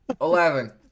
Eleven